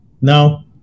No